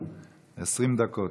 20 דקות